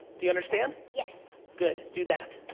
do you understand? yes. good, do that.